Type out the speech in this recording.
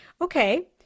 Okay